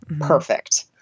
perfect